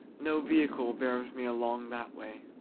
no vehicle bears me along that way.